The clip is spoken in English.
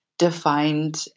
defined